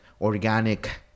organic